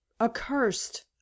accursed